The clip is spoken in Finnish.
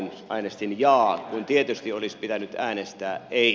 äänestin jaa kun tietysti olisi pitänyt äänestää ei